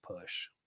push